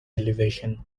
elevation